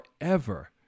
forever